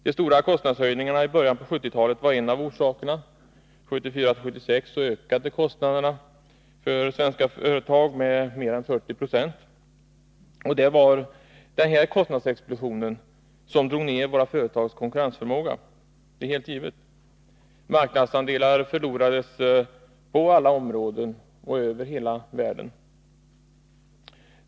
De stora kostnadshöjningarna i början av 1970-talet var en av orsakerna. Mellan 1974 och 1976 ökade kostnaderna för svensk företagsamhet med mer än 40 20. Det var denna kostnadsexplosion som drog ned våra företags konkurrensförmåga — det är helt givet. Marknadsandelar förlorades på alla områden och över hela världen.